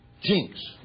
Jinx